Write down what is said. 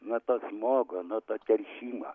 nuo to smogo nuo to teršimo